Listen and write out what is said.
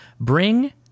Bring